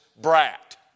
brat